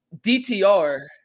DTR